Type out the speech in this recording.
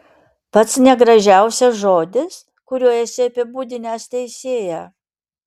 pats negražiausias žodis kuriuo esi apibūdinęs teisėją